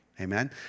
Amen